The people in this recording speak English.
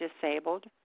Disabled